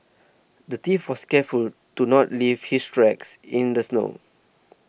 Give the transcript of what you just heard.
the thief was careful to not leave his tracks in the snow